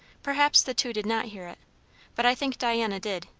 perhaps the two did not hear it but i think diana did.